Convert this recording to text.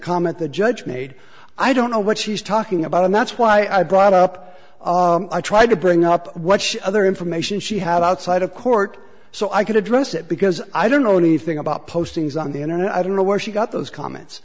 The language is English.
comment the judge made i don't know what she's talking about and that's why i brought up i tried to bring up what other information she had outside of court so i could address it because i don't know anything about postings on the internet i don't know where she got those comments